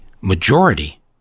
majority